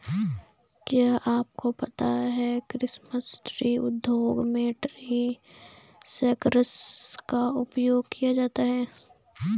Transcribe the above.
क्या आपको पता है क्रिसमस ट्री उद्योग में ट्री शेकर्स का उपयोग किया जाता है?